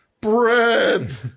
bread